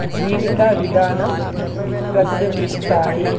జీవిత విధానం ప్రతిబింబిస్తాయి